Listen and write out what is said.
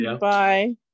Bye